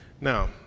Now